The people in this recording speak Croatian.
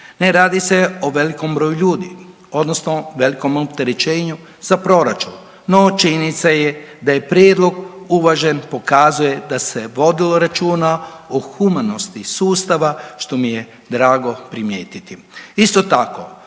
Ne radi se o velikom broju ljudi, odnosno velikom opterećenju za proračun, no činjenica je da je prijedlog uvažen, pokazuje da se vodilo računa o humanosti sustava, što mi je drago primijetiti. Isto tako,